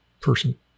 person